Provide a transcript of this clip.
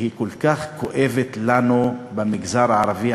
שהיא כל כך כואבת לנו, במגזר הערבי.